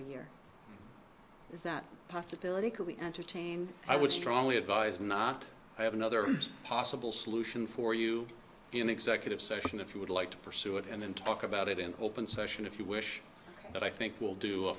here is that possibility could be entertained i would strongly advise not i have another possible solution for you in executive session if you would like to pursue it and then talk about it in open session if you wish but i think will do a